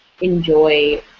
enjoy